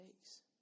takes